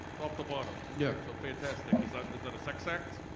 top to bottom. yeah fantastic. is that is that a sex act?